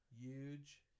huge